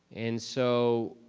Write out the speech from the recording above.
and so,